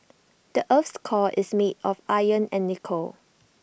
the Earth's core is made of iron and nickel